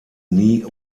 nie